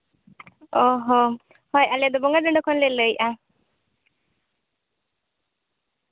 ᱚᱸᱻ ᱦᱚᱸ ᱦᱳᱭ ᱟᱞᱮ ᱫᱚ ᱵᱚᱸᱜᱟ ᱫᱚᱸᱰᱮ ᱠᱷᱚᱱ ᱞᱮ ᱞᱟᱹᱭᱮᱜᱼᱟ